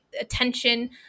attention